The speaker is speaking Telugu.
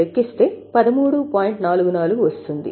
44 వస్తుంది